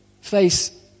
face